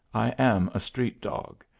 i am a street-dog,